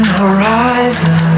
horizon